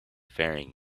faring